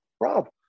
Rob